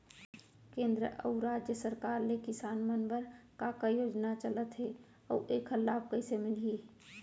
केंद्र अऊ राज्य सरकार ले किसान मन बर का का योजना चलत हे अऊ एखर लाभ कइसे मिलही?